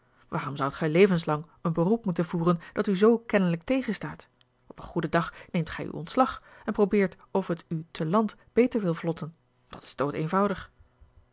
waarom zoudt gij levenslang een beroep moeten voeren dat u zoo kennelijk tegenstaat op een goeden dag neemt gij uw ontslag en probeert of het u te land beter wil vlotten dat is doodeenvoudig